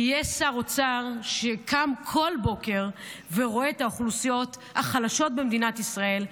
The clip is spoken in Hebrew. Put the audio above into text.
יהיה שר אוצר שקם בכל בוקר ורואה את האוכלוסיות החלשות במדינה ישראל,